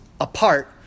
apart